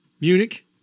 Munich